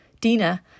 Dina